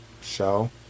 show